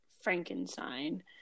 Frankenstein